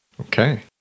Okay